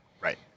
Right